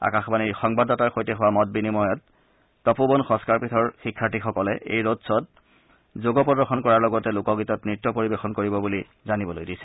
আকাশবাণীৰ সংবাদদাতাৰ সৈতে হোৱা মত বিনিময়ত তপোবন সংস্থাৰ পীঠৰ শিক্ষাৰ্থীসকলে এই ৰড খোত যোগ প্ৰদৰ্শন কৰাৰ লগতে লোকগীতত নৃত্য পৰিৱেশন কৰিব বুলি জানিবলৈ দিছে